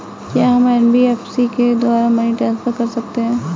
क्या हम एन.बी.एफ.सी के द्वारा मनी ट्रांसफर कर सकते हैं?